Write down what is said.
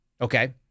Okay